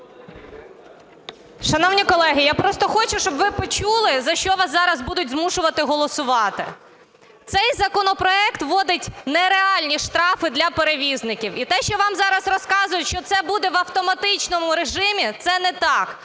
Шановні колеги! Я просто хочу, щоб ви почули за що вас зараз будуть змушувати голосувати. Цей законопроект вводить нереальні штрафи для перевізників. І те, що вам зараз розказують, що це буде в автоматичному режимі – це не так.